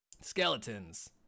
Skeletons